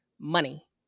money